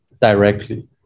directly